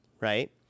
right